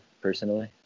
personally